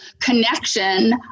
connection